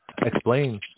explain